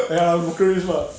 !aiya! brokerage what